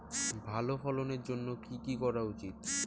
ভালো ফলনের জন্য কি কি করা উচিৎ?